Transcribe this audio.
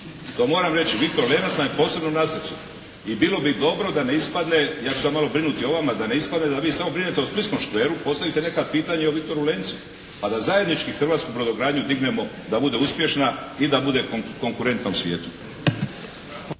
To moram reći, "Viktor Lenac" nam je posebno na srcu i bilo bi dobro da ne ispadne, ja ću sada malo brinuti o vama, da ne ispadne da vi samo brinete o splitskom škveru, postavite neka pitanja i o "Viktoru Lencu" pa da zajednički hrvatsku brodogradnju dignemo da bude uspješna i da bude konkurentna u svijetu.